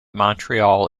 montreal